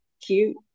cute